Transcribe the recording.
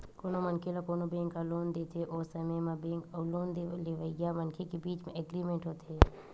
कोनो मनखे ल कोनो बेंक ह लोन देथे ओ समे म बेंक अउ लोन लेवइया मनखे के बीच म एग्रीमेंट होथे